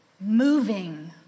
moving